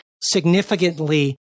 significantly